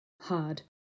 hard